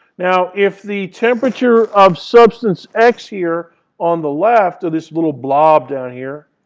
now, if the temperature of substance x here on the left of this little blob down here,